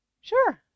Sure